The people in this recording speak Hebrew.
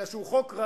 אלא חוק רגיל